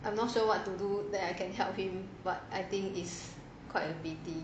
I'm not sure what to do that I can help him but I think it's quite a pity